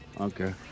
Okay